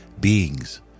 beings